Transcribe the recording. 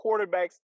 quarterbacks